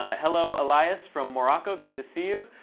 ah hello, elias from morocco. good to see you.